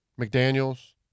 McDaniel's